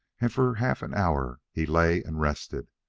and for half an hour he lay and rested.